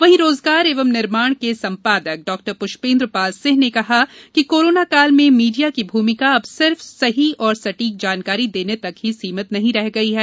वहीं रोजगार एवं निर्माण के संपादक डॉ पृष्पेंद्र पाल सिंह ने कहा कि कोरोना काल में मीडिया की भूमिका अब सिर्फ सही एवं सटीक जानकारी देने तक ही सीमित नहीं रह गई है